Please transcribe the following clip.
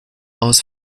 aus